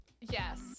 Yes